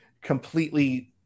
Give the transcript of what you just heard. completely